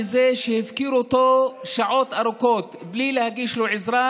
מזה שהפקירו אותו שעות ארוכות בלי להגיש לו עזרה,